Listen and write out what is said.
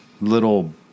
little